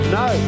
no